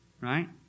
right